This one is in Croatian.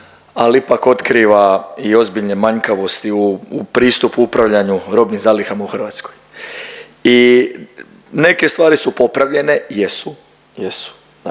ali ipak otkriva i ozbiljne manjkavosti u pristupu u upravljanju robnim zalihama u Hrvatskoj. I neke stvari su popravljene jesu,